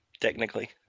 technically